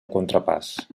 contrapàs